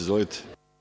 Izvolite.